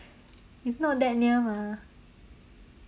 it's not that near mah